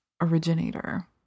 originator